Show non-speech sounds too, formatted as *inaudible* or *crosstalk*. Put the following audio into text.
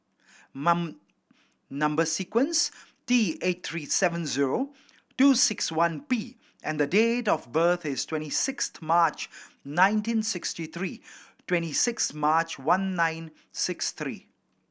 *unintelligible* number sequence T eight three seven zero two six one P and date of birth is twenty sixth March nineteen sixty three twenty six March one nine six three